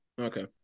Okay